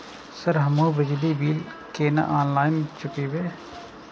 Sir हमू बिजली bill केना ऑनलाईन चुकेबे?